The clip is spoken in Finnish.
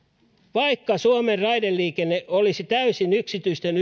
vaikka suomen raideliikenne olisi täysin yksityisten